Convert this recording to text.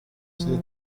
serie